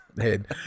head